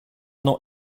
not